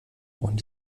und